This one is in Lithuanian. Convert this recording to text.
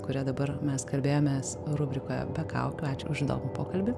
kuria dabar mes kalbėjomės rubrikoje be kaukių ačiū už įdomų pokalbį